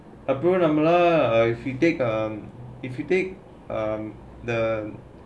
a problem lah if you take uh if you take um the